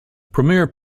premier